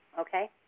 Okay